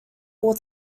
all